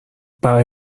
برای